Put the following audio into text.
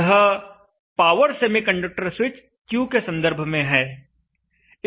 यह power semiconductor switch Q के संदर्भ में है